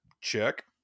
check